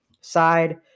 side